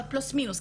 פלוס מינוס,